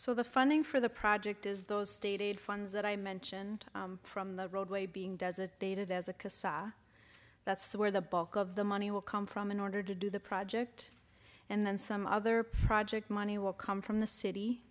so the funding for the project is those state aid funds that i mentioned from the roadway being designated as a cosat that's where the bulk of the money will come from in order to do the project and then some other project money will come from the city